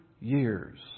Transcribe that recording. years